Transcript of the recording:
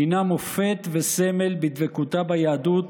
הינה מופת וסמל בדבקותה ביהדות